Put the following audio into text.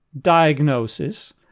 diagnosis